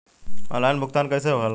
Online भुगतान कैसे होए ला?